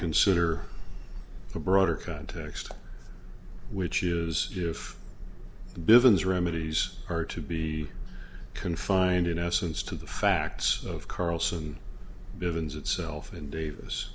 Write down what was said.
consider the broader context which is if the buildings remedies are to be confined in essence to the facts of carlson billons itself in davis